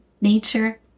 nature